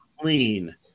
clean